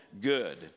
good